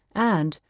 and,